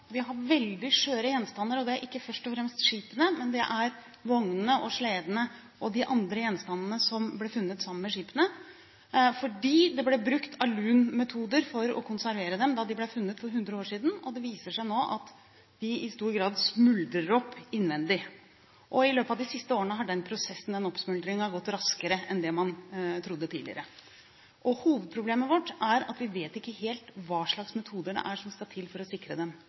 Vi har veldig skjøre gjenstander – og det er ikke først og fremst skipene, men vognene og sledene og de andre gjenstandene som ble funnet sammen med skipene – fordi det ble brukt alunmetoder for å konservere dem da de ble funnet for 100 år siden. Det viser seg nå at de i stor grad smuldrer opp innvendig, og i løpet av de siste årene har den prosessen, den oppsmuldringen, gått raskere enn det man trodde tidligere. Hovedproblemet vårt er at vi vet ikke helt hva slags metoder som skal til for å sikre